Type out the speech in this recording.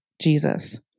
Jesus